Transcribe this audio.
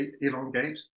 elongate